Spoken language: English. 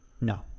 No